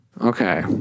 Okay